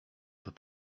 tak